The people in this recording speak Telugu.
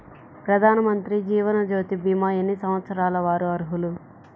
ప్రధానమంత్రి జీవనజ్యోతి భీమా ఎన్ని సంవత్సరాల వారు అర్హులు?